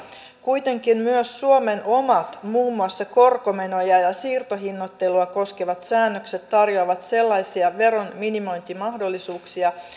kuitenkin myös suomen omat muun muassa korkomenoja ja siirtohinnoittelua koskevat säännökset tarjoavat sellaisia veronminimointimahdollisuuksia